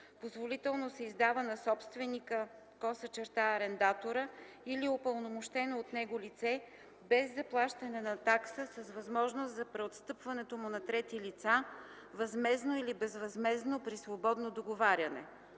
позволително се издава на собственика/арендатора или упълномощено от него лице без заплащане на такса с възможност за преотстъпването му на трети лица – възмездно или безвъзмездно при свободно договаряне;